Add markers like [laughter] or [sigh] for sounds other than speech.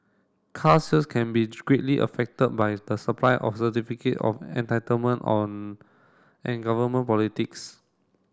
car sales can be greatly affected by the supply of certificate of entitlement [unintelligible] and government politics